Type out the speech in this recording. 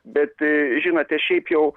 bet ee žinote šiaip jau